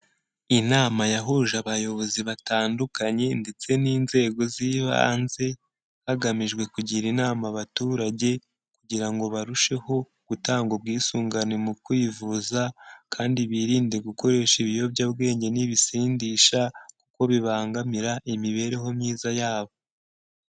Inama yahuje abayobozi batandukanye ndetse n'inzego z'ibanze, hagamijwe kugira inama abaturage kugira ngo barusheho gutanga ubwisungane mu kwivuza kandi birinde gukoresha ibiyobyabwenge n'ibisindisha kuko bibangamira imibereho myiza yabo.